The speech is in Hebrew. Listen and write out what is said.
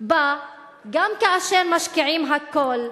שבה גם כאשר משקיעים הכול,